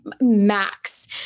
max